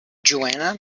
joanna